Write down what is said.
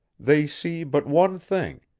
they see but one thing,